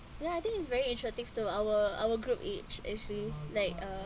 ya I think it's very interesting to our our group age actually like uh